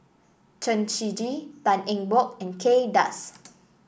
Chen Shiji Tan Eng Bock and Kay Das